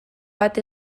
bat